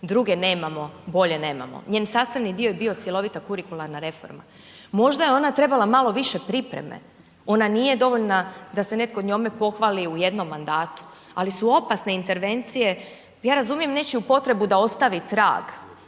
druge nemamo, bolje nemamo. Njen sastavni dio je bio cjelovita kurikularna reforma, možda je ona trebala malo više pripreme, ona nije dovoljna da se netko njome pohvali u jednom mandatu, ali su opasne intervencije, ja razumijem nečiju potrebu da ostavi trag,